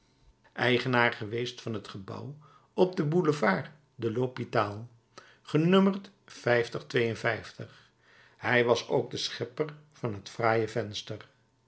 eigenaar geweest van het gebouw op den boulevard de l'hôpital genummerd hij was ook de schepper van het fraaie venster